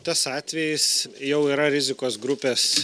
tas atvejis jau yra rizikos grupės